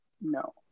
No